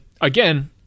again